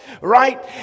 right